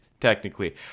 technically